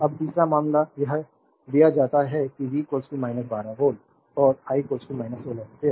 अब तीसरा मामला यह दिया जाता है कि v 12 वोल्ट और I 16 एम्पीयर